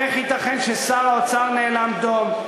איך ייתכן ששר האוצר נאלם דום?